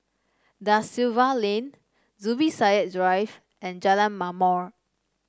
Da Silva Lane Zubir Said Drive and Jalan Ma'mor